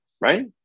right